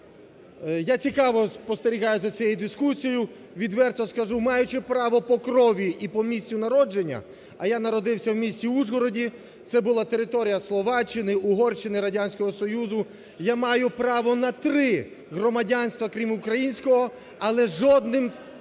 я цікаво спостерігаю за цією дискусією. Відверто скажу, маючи право по крові і по місцю народження, а я народився в місті Ужгороді, це була територія Словаччини, Угорщини, Радянського Союзу. Я маю право на три громадянства, крім українського, але жодним